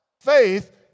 faith